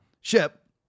ship